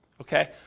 Okay